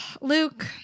Luke